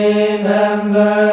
Remember